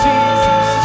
Jesus